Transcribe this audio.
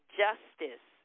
justice